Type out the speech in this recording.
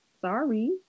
Sorry